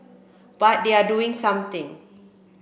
but they are doing something